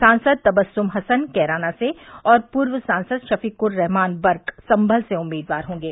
सांसद तबस्सम हसन कैराना से और पूर्व सांसद शफीक्र रहमान बर्क सम्भल से उम्मीदवार होंगे